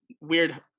weird